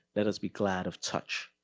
let us be glad of touch.